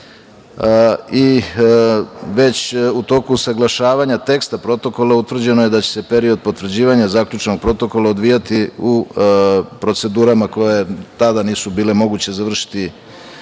u toku usaglašavanja teksta Protokola utvrđeno je da će se period potvrđivanja zaključenog Protokola odvijati u procedurama koje tada nisu bile moguće završiti